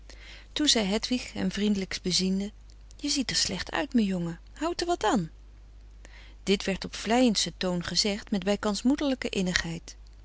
toen zei hedwig hem vriendelijk beziende je ziet er slecht uit mijn jongen houdt er wat an dit werd op haar vleiendsten toon gezegd met bijkans moederlijke